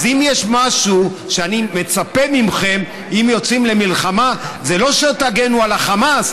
אז אם יש משהו שאני מצפה ממכם אם יוצאים למלחמה זה שלא שתגנו על החמאס,